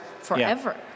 forever